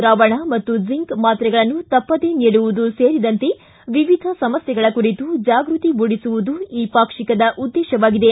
ದ್ರಾವಣ ಮತ್ತು ಝಿಂಕ್ ಮಾತ್ರೆಗಳನ್ನು ತಪ್ಪದೇ ನೀಡುವುದು ಸೇರಿದಂತೆ ವಿವಿಧ ಸಮಸ್ಥೆಗಳ ಕುರಿತು ಜಾಗ್ಟತಿ ಮೂಡಿಸುವುದು ಈ ಪಾಕ್ಷಿಕದ ಉದ್ದೇಶವಾಗಿದೆ